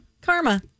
karma